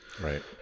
Right